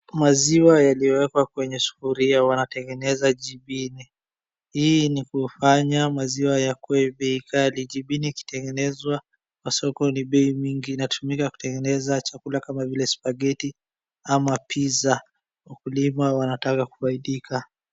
Maziwa yaliyowekwa kwenye sufuria, wanategeneza jimbini. Hii ni kufanya maziwa yakuwe bei ghali. Jimbini ikitegenezwa kwa soko ni bei mingi. Inatumika kutegeneza chakula kama vile spaghetti ama pizza . Wakulima wanataka kufaidika.